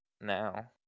now